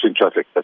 traffic